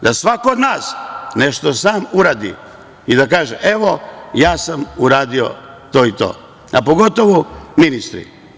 Da svako od nas nešto sam uradi i da kaže – evo, ja sam uradio to i to, a pogotovo ministri.